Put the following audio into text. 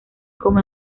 como